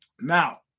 Now